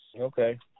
Okay